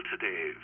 today